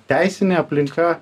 teisinė aplinka